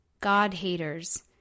god-haters